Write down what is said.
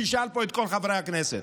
תשאל פה את כל חברי הכנסת.